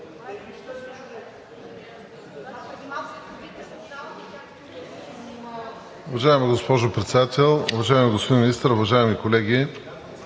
Уважаема госпожо Председател, уважаеми господин Министър, уважаеми колеги!